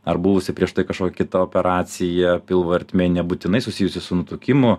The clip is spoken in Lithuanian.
ar buvusi prieš tai kažkokia kita operacija pilvo ertmėj nebūtinai susijusi su nutukimu